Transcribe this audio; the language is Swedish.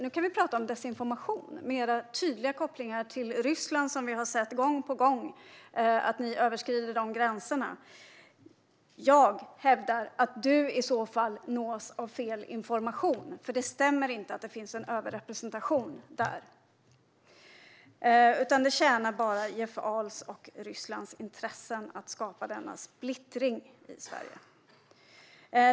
Nu kan vi tala om desinformation, med era tydliga kopplingar till Ryssland. Vi har sett gång på gång att ni överskrider de gränserna. Jag hävdar att du i så fall nås av fel information, för det stämmer inte att det finns en överrepresentation där. Det tjänar bara Jeff Ahls och Rysslands intressen att skapa denna splittring i Sverige.